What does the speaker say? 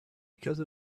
because